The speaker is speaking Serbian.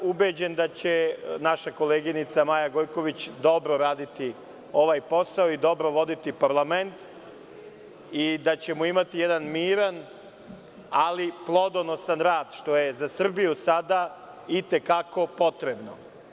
Ubeđen sam da će naša koleginica Maja Gojković dobro raditi ovaj posao i dobro voditi parlament i da ćemo imati jedan miran, ali plodonosan rad, što je za Srbiju sada i te kako potrebno.